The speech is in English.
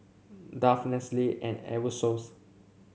Dove Nestle and Aerosoles